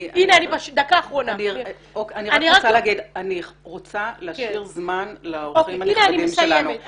אני רוצה להשאיר זמן לאורחים שלנו לענות.